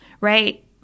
right